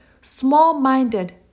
small-minded